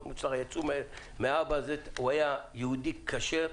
הוא היה יהודי כשר,